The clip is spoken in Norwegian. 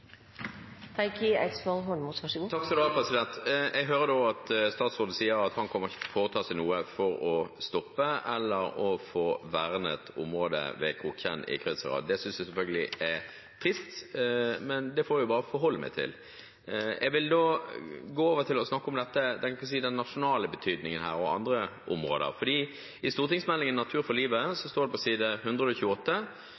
Jeg hører da at statsråden sier han ikke kommer til å foreta seg noe for å stoppe eller få vernet området ved Kroktjenn i Krødsherad. Det synes jeg selvfølgelig er trist, men det får jeg bare forholde meg til. Jeg vil da gå over til å snakke om den nasjonale betydningen, både her og i andre områder. I stortingsmeldingen Natur for livet